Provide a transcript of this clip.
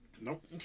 Nope